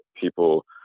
people